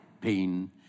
pain